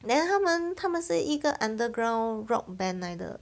then 他们他们是一个 underground rock band 来的